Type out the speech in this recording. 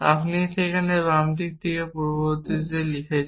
আপনি সেখানে বাম দিকে পূর্ববর্তী লিখছেন